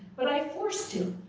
but i forced him.